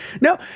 No